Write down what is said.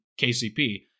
kcp